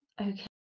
Okay